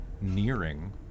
nearing